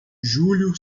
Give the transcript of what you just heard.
julho